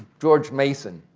george mason,